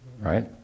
right